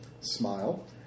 Smile